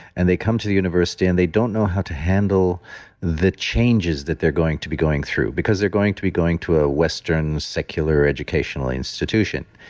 and they come to the university and they don't know how to handle the changes that they're going to be going through. because they're going to be going to a western, secular educational institution.